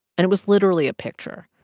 and it was literally a picture